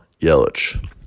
Yelich